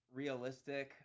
realistic